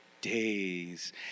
Days